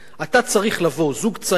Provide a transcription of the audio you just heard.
דירה לא בתל-אביב,